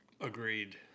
Agreed